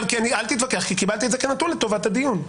אל תתווכח, כי קיבלתי את זה כנתון לטובת הדיון.